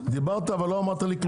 דיברת אבל לא אמרת לי כלום.